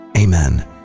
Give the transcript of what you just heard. Amen